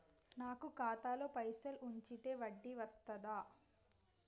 నాకు ఖాతాలో పైసలు ఉంచితే వడ్డీ వస్తదా?